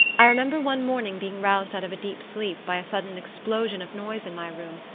i remember one morning being roused out of a deep sleep by a sudden explosion of noise in my room.